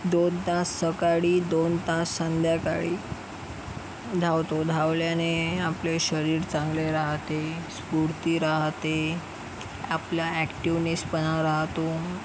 दोन तास सकाळी दोन तास संध्याकाळी धावतो धावल्याने आपले शरीर चांगले राहते स्फूर्ती राहते आपला ॲक्टिवनेसपणा राहतो